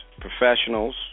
professionals